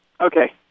Okay